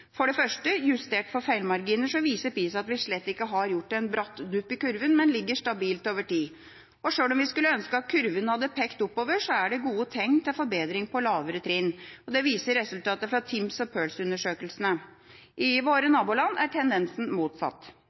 For det første, justert for feilmarginer viser PISA at vi slett ikke har gjort noen bratt dupp i kurven, men ligger stabilt over tid. Sjøl om vi skulle ønske at kurven hadde pekt oppover, er det gode tegn til forbedring på lavere trinn. Det viser resultatene fra TIMSS- og PIRLS-undersøkelsene. I våre naboland er tendensen motsatt.